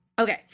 Okay